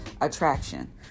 attraction